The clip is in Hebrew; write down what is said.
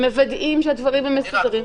הם מוודאים שהדברים מסודרים.